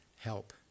help